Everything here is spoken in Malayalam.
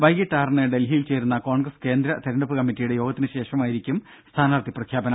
വൈകിട്ട് ആറിന് ഡൽഹിയിൽ ചേരുന്ന കോൺഗ്രസ് കേന്ദ്ര തെരഞ്ഞെടുപ്പ് കമ്മറ്റിയുടെ യോഗത്തിന് ശേഷമായിരിക്കും സ്ഥാനാർത്ഥി പ്രഖ്യാപനം